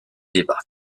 débats